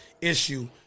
issue